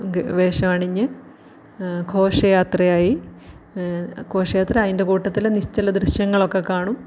ഗ വേഷം അണിഞ്ഞ് ഘോഷയാത്രയായി ഘോഷയാത്ര അതിൻ്റെ കൂട്ടത്തില് നിശ്ചല ദൃശ്യങ്ങളൊക്കെ കാണും